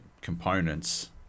components